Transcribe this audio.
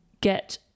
get